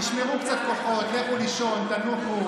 תשמרו קצת כוחות, לכו לישון, תנוחו.